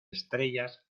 estrellas